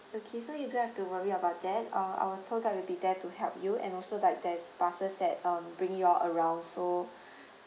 okay so you don't have to worry about that uh our tour guide will be there to help you and also like there is buses that um bringing you all around so